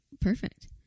perfect